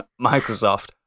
Microsoft